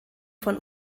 von